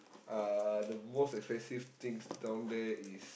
uh the most expensive things down there is